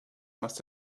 must